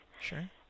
Sure